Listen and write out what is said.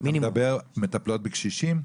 אתה מדבר על מטפלות בקשישים?